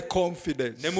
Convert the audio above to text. confidence